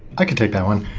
i can take that one.